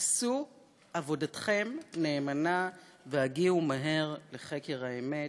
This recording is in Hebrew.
"עשו עבודתכם נאמנה והגיעו מהר לחקר האמת".